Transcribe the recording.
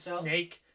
snake